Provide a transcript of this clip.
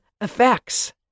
effects